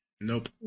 nope